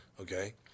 okay